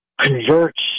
converts